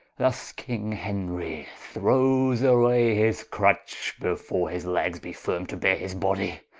thus king henry throwes away his crutch, before his legges be firme to beare his body.